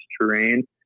terrain